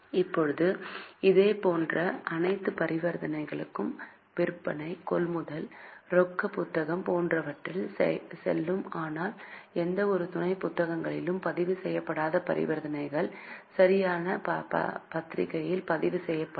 இப்போது இதேபோன்ற அனைத்து பரிவர்த்தனைகளும் விற்பனை கொள்முதல் ரொக்கப் புத்தகம் போன்றவற்றில் செல்லும் ஆனால் எந்தவொரு துணை புத்தகங்களிலும் பதிவு செய்யப்படாத பரிவர்த்தனைகள் சரியான ஜர்னல் யில் பதிவு செய்யப்படும்